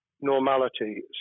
normality